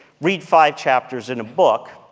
read five chapters in a book,